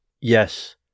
Yes